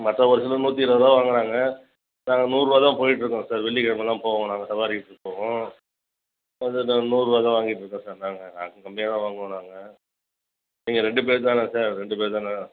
மற்ற பஸ்ஸில் நூற்றி இருபது ரூபா வாங்குகிறாங்க நாங்கள் நூறுபா தான் போயிட்டு இருக்கோம் சார் வெள்ளிக்கிழமலாம் போவோம் நாங்கள் சவாரி இட்டு போவோம் அப்போ வந்து நாங்கள் நூறுபா தான் வாங்கிட்டு இருக்கோம் சார் நாங்கள் நாங்கள் கம்மியாக தான் வாங்குவோம் நாங்கள் நீங்கள் ரெண்டு பேர் தானே சார் ரெண்டு பேர் தானே